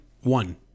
one